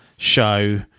show